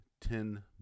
ten